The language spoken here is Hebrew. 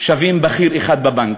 שווים בכיר אחד בבנק.